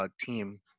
team